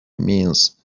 means